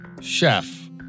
chef